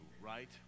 right